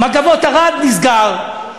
"מגבות ערד" נסגר,